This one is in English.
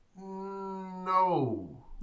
No